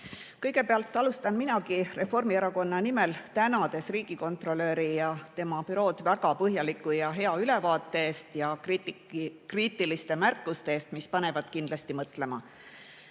Kõigepealt alustan minagi tänades: Reformierakonna nimel tänan riigikontrolöri ja tema bürood väga põhjaliku ja hea ülevaate eest ning kriitiliste märkuste eest, mis panevad kindlasti mõtlema.